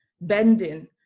bending